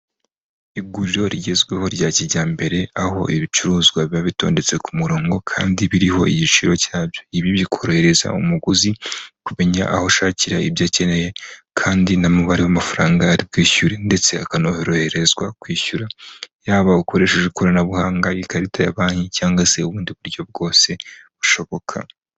Iguriro rigezweho rya kijyambere aho ibicuruzwa biba bitondetse ku murongo kandi biriho igiciro cyabyo. Ibi bikorohereza umuguzi kumenya aho ashakira ibyo akeneye kandi n'umubare w'amafaranga ari kwishyura ndetse akanoroherezwa kwishyura yaba ukoresheje ikoranabuhanga, ikarita ya banki cyangwa se ubundi buryo bwose bushoboka.